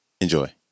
Enjoy